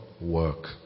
work